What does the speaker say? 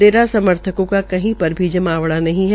डेरा समर्थकों का कही पर भी जमावड़ा नहीं है